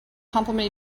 compliment